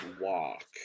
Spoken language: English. walk